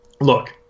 look